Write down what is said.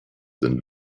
sind